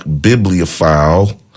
bibliophile